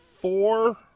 four